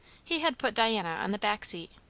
he had put diana on the back seat,